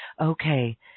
Okay